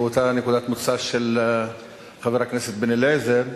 אותה נקודת מוצא של חבר הכנסת בן-אליעזר,